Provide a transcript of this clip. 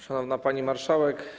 Szanowna Pani Marszałek!